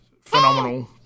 phenomenal